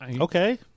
Okay